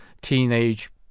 teenage